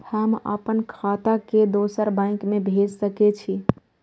हम आपन खाता के दोसर बैंक में भेज सके छी?